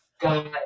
got